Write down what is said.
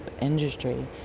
industry